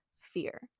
Fear